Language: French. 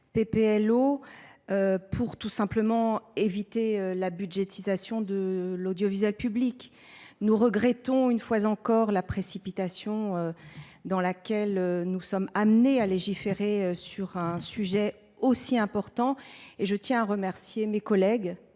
organique, tout simplement pour éviter la budgétisation de l’audiovisuel public. Nous regrettons une nouvelle fois la précipitation dans laquelle nous sommes amenés à légiférer sur un sujet aussi important. À cet égard, je tiens à remercier mes collègues